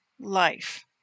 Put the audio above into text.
life